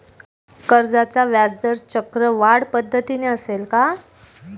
कर्जाचा व्याजदर चक्रवाढ पद्धतीने असेल का?